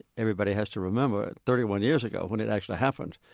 everybody has to remember, thirty one years ago, when it actually happened.